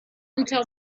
until